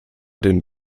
den